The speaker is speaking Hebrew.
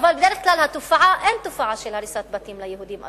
אבל בדרך כלל אין תופעה של הריסת בתים ליהודים,